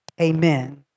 Amen